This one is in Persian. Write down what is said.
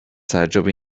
تعجبی